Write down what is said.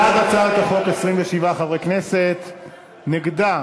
בעד הצעת החוק, 27 חברי כנסת, נגדה